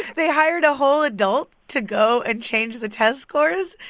they hired a whole adult to go and change the test scores.